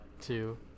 two